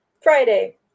Friday